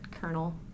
kernel